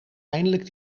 eindelijk